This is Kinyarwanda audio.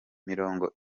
mirongo